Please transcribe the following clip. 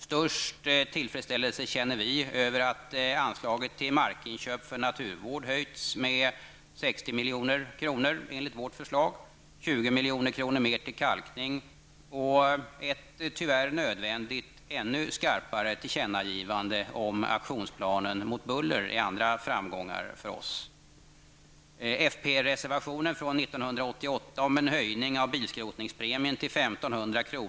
Störst tillfredsställelse känner vi över att anslaget till markinköp för naturvård höjts med 60 milj.kr. enligt vårt förslag. Att ytterligare 20 milj.kr. satsas på kalkning och att utskottet gör ett -- tyvärr nödvändigt -- ännu skarpare tillkännagivande om aktionsplanen mot buller är andra framgångar för oss. Utskottet ställer nu, med tre års fördröjning, upp på folkpartiets reservation från 1988 om en höjning av bilskrotningspremien till 1 500 kr.